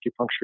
acupuncture